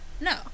No